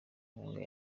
nkunga